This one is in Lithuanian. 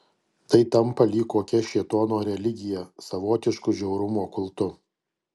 tai tampa lyg kokia šėtono religija savotišku žiaurumo kultu